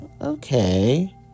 Okay